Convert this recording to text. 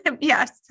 yes